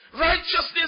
Righteousness